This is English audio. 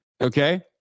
okay